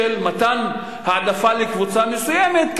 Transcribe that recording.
של מתן העדפה לקבוצה מסוימת,